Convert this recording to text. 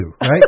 right